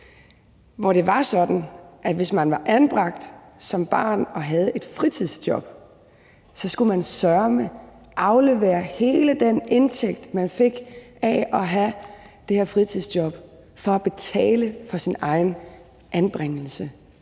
hvis man var anbragt som barn og havde et fritidsjob, så skulle man søreme aflevere hele den indtægt, man fik fra det her fritidsjob, for at betale for sin egen anbringelse.